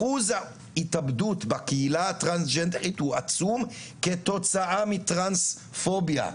שיעור ההתאבדות בקהילה הטרנסג'נדרית הוא עצום כתוצאה מטרנספוביה.